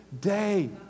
day